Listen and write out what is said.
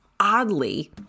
Oddly